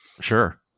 Sure